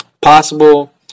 possible